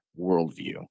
worldview